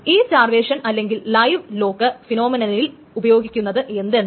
ഈ സ്റ്റാർവേഷൻ അല്ലെങ്കിൽ live lock ഫിനോമിനലിൽ ഉദ്ദേശിക്കുന്നത് എന്തെന്നാൽ